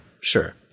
sure